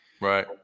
Right